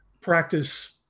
practice